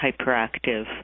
hyperactive